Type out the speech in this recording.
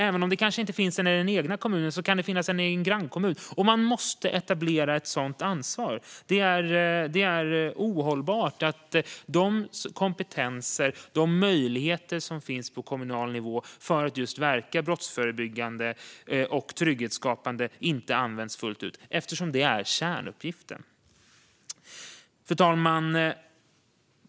Även om det inte finns en sådan i den egna kommunen kan det finnas i en grannkommun. Man måste etablera ett sådant ansvar. Det är ohållbart att de kompetenser och de möjligheter som finns på kommunal nivå för att verka brottsförebyggande och trygghetsskapande inte används fullt ut, eftersom det är kärnuppgiften. Fru talman!